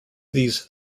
these